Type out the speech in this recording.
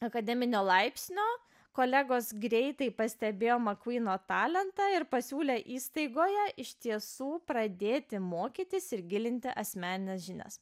akademinio laipsnio kolegos greitai pastebėjo makvyno talentą ir pasiūlė įstaigoje iš tiesų pradėti mokytis ir gilinti asmenines žinias